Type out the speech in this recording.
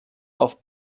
auf